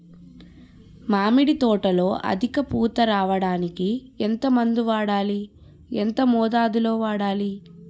మామిడి తోటలో అధిక పూత రావడానికి ఎంత మందు వాడాలి? ఎంత మోతాదు లో వాడాలి?